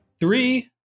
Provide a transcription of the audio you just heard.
three